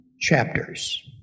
chapters